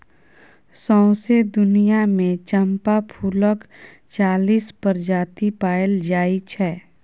सौंसे दुनियाँ मे चंपा फुलक चालीस प्रजाति पाएल जाइ छै